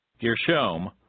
Gershom